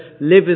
live